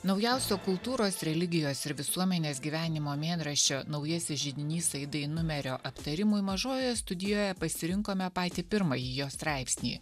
naujausio kultūros religijos ir visuomenės gyvenimo mėnraščio naujasis židinys aidai numerio aptarimui mažojoje studijoje pasirinkome patį pirmąjį jo straipsnį